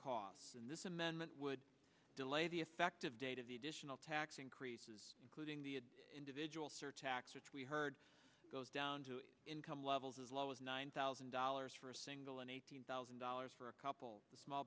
costs in this amendment would delay the effective date of the additional tax increases including the individual surtax which we heard goes down to income levels as low as nine thousand dollars for a single and eighteen thousand dollars for a couple of small